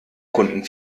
kunden